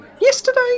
yesterday